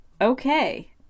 Okay